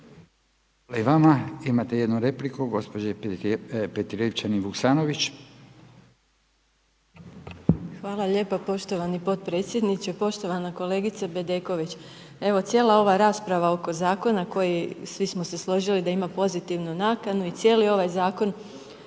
Hvala i vama. Imate jednu repliku, gospođo Petrijevčanin Vuksanović. **Petrijevčanin Vuksanović, Irena (HDZ)** Hvala lijepo poštovani potpredsjedniče, poštovana kolegice Bedeković. Evo, cijela ova rasprava oko zakona, koji svi smo se složili da ima pozitivnu nakanu i cijeli ovaj zakon,